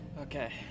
Okay